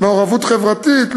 מעורבות חברתית,